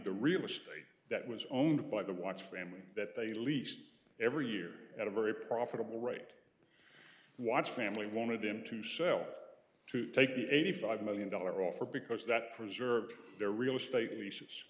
the real estate that was owned by the watch family that they leased every year at a very profitable rate watch family wanted him to sell to take the eighty five million dollar offer because that preserved their real estate